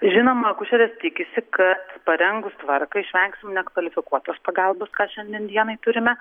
žinoma akušerės tikisi kad parengus tvarką išvengsim nekvalifikuotos pagalbos ką šiandien dienai turime